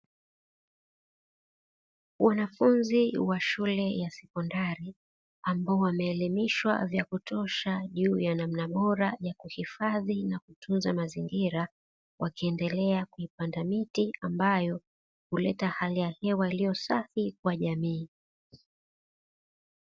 Wanafunzi wa shule ya sekondari ambao wameelimishwa vya kutosha juu ya namna bora ya kuhifadhi na kutunza mazingira, wakiendelea kupanda miti ambayo huleta hewa safi kwa jamii.